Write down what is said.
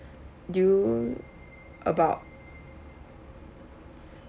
do you about